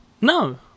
no